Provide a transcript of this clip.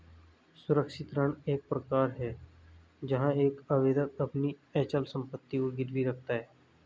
सुरक्षित ऋण एक प्रकार है जहां एक आवेदक अपनी अचल संपत्ति को गिरवी रखता है